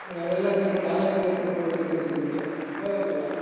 ಈಗ ಎಲ್ಲರ ಕಡೆನೂ ಡಾಲರ್ ಕನ್ವರ್ಟ್ ಮಾಡಿಕೊಂಡು ಹೋಗಬೇಕು ಅಂತ ಇತ್ತು ಮುಂಚೆ ಈವಾಗ ಹಾಗಿಲ್ಲ